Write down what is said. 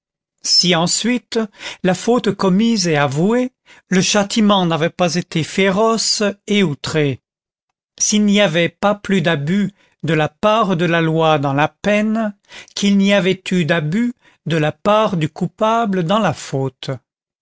si ensuite la faute commise et avouée le châtiment n'avait pas été féroce et outré s'il n'y avait pas plus d'abus de la part de la loi dans la peine qu'il n'y avait eu d'abus de la part du coupable dans la faute